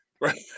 Right